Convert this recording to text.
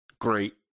great